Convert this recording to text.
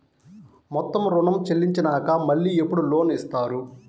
మొత్తం ఋణం చెల్లించినాక మళ్ళీ ఎప్పుడు లోన్ ఇస్తారు?